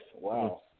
Wow